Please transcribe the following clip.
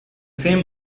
same